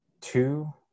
two